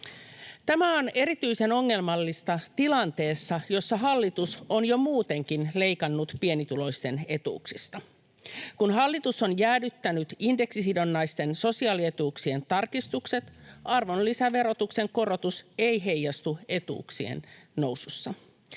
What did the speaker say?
Tämä on erityisen ongelmallista tilanteessa, jossa hallitus on jo muutenkin leikannut pienituloisten etuuksista. Kun hallitus on jäädyttänyt indeksisidonnaisten sosiaalietuuksien tarkistukset, arvonlisäverotuksen korotus ei heijastu etuuksien nousussa.